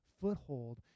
foothold